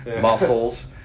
muscles